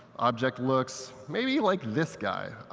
object looks maybe like this guy.